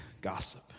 gossip